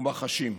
ומחשים?